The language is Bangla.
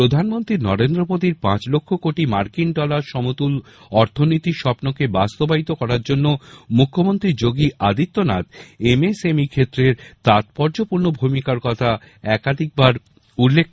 প্রধানমন্ত্রী নরেন্দ্র মোদীর পাঁচ লক্ষ কোটি মার্কিন ডলার সমতুল অর্থনীতির স্বপ্নকে বাস্তবায়িত করার জন্য মুখ্যমন্ত্রী যোগী আদিত্যনাখ এমএসএমই ক্ষেত্রের তাত্পর্যপূর্ণ ভূমিকার কখা একাধিকবার উল্লেখ করেছেন